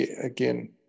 again